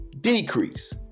decrease